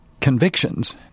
convictions